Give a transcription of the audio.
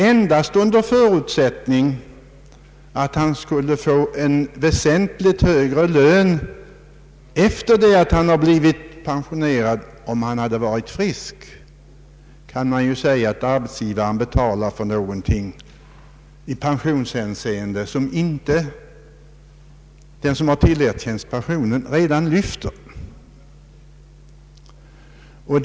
Endast under förutsättning att han, om han hade varit frisk, skulle fått en väsentligt högre lön än den som ligger till grund för pensionsberäkningen, kan man säga att arbetsgivaren betalar avgifter för inkomst som inte medför ökad pensionsrätt för den anställde.